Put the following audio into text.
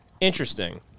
Interesting